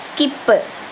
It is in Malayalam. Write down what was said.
സ്കിപ്പ്